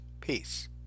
Peace